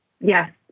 Yes